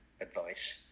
advice